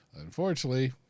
Unfortunately